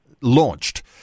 launched